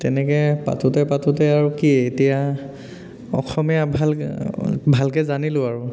তেনেকৈ পাতোঁতে পাতোঁতে আৰু কি এতিয়া অসমীয়া ভালকৈ ভালকৈ জানিলোঁ আৰু